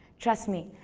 trust me,